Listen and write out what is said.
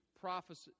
prophecy